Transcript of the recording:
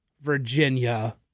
Virginia